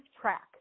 track